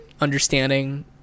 understanding